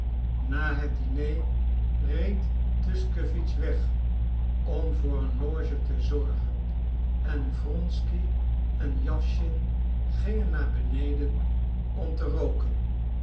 na het diner reed tuschkewitsch weg om voor een loge te zorgen en wronsky en jawschin gingen naar beneden om te rooken